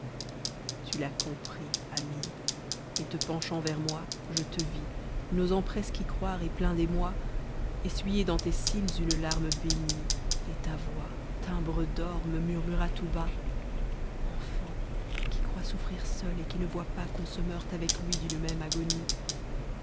tu l'as compris amie et te penchant vers moi je te vis n'osant presque y croire et plein d'émoi essuyer dans tes cils une larme bénie et ta voix timbre d'or me murmura tout bas enfant qui crois souffrir seul et qui ne vois pas qu'on se meurt avec lui d'une même agonie